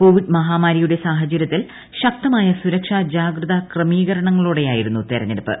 Covid മഹാമാരിയുടെ സാഹചര്യത്തിൽ ശക്തമായ സുരക്ഷാ ജാഗ്രതാ ക്രമീകരണങ്ങളോടെയായിരുന്നു തെരഞ്ഞെടുപ്പ്